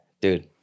dude